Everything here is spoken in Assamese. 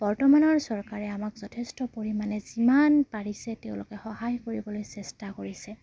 বৰ্তমানৰ চৰকাৰে আমাক যথেষ্ট পৰিমাণে যিমান পাৰিছে তেওঁলোকে সহায় কৰিবলৈ চেষ্টা কৰিছে